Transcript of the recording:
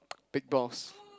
big balls